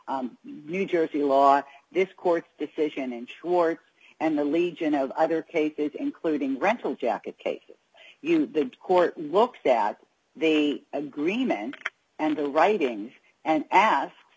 law new jersey law this court's decision in schwartz and the legion of other cases including rental jacket cases the court looks at the agreement and the writings and ask